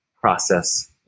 process